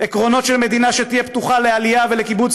עקרונות של מדינה שתהיה פתוחה לעלייה ולקיבוץ